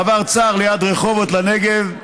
מעבר צר ליד רחובות לנגב,